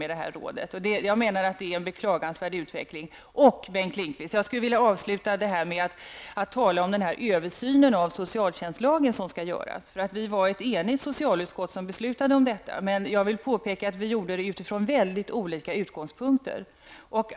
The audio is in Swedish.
Som sagt tycker jag att det är en beklagansvärd utveckling. Jag skulle vilja, Bengt Lindqvist, avsluta med att tala om den översyn av socialtjänstlagen som skall göras. Vi var ett enigt socialutskott som föreslog detta, men jag vill påpeka att vi gjorde det från väldigt olika utgångspunkter.